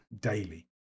Daily